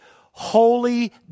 holy